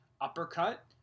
uppercut